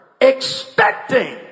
expecting